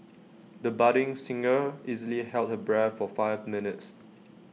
the budding singer easily held her breath for five minutes